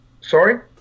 Sorry